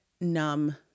numb